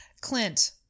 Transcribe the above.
Clint